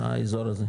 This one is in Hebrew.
האזור הזה.